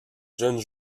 jeunes